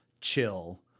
chill